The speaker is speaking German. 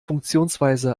funktionsweise